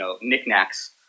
knickknacks